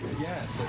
Yes